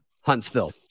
Huntsville